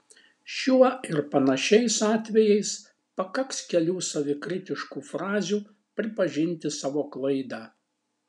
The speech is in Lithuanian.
šiuo ir panašiais atvejais pakaks kelių savikritiškų frazių pripažinti savo klaidą